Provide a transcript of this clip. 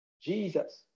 Jesus